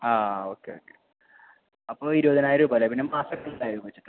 ആ okay okay അപ്പോൾ ഇരുപതിനായിരം രൂപ അല്ലേ പിന്നെ മാസത്തിൽ മൂവായിരം വെച്ചിട്ട്